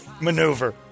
maneuver